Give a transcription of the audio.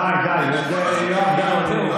תסתכל בגובה העיניים, יואב, לא מתאים לך.